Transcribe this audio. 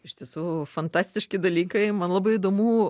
iš tiesų fantastiški dalykai man labai įdomu